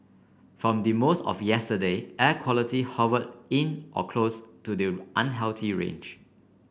from the most of yesterday air quality hover in or close to the unhealthy range